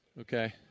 Okay